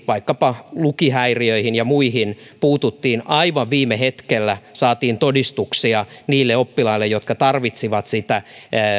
vaikkapa erilaisiin lukihäiriöihin ja muihin puututtiin aivan viime hetkellä saatiin todistuksia niille oppilaille jotka tarvitsivat sitä